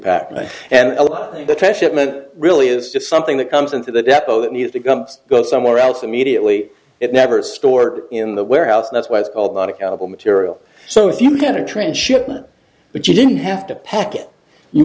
minute really is just something that comes into the depo that needed to go somewhere else immediately it never stored in the warehouse that's why it's called not accountable material so if you had a transshipment but you didn't have to pack it you